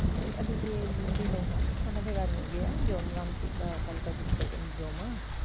ᱠᱟᱹᱴᱤᱪ ᱟᱹᱰᱤᱜᱮ ᱵᱷᱤᱱᱟᱹᱼᱟ ᱢᱟᱱᱮ ᱵᱷᱮᱜᱟᱨ ᱧᱚᱜ ᱜᱮᱭᱟ ᱡᱚᱢ ᱵᱟᱢ ᱪᱮᱜ ᱠᱟᱜ ᱚᱠᱟ ᱞᱮᱠᱟ ᱫᱩᱲᱩᱵ ᱠᱟᱛᱮᱢ ᱡᱚᱢᱼᱟ